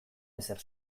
ezer